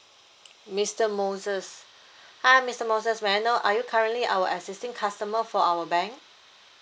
mister moses hi mister moses may I know are you currently our existing customer for our bank